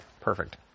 perfect